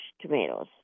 tomatoes